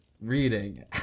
reading